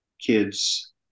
kids